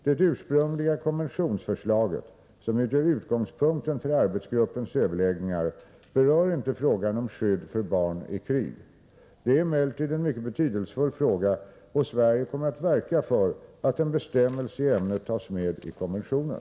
Det ursprungliga konventionsförslaget, som utgör utgångspunkten för arbetsgruppens överläggningar, berör inte frågan om skydd för barn i krig. Detta är emellertid en mycket betydelsefull fråga, och Sverige kommer att verka för att en bestämmelse i ämnet tas med i konventionen.